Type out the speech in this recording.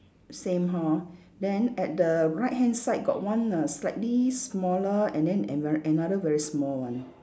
same hor then at the right hand side got one err slightly smaller and then ano~ another very small one